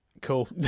Cool